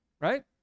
right